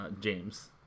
James